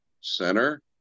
center